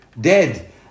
dead